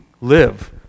live